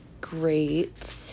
Great